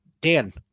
Dan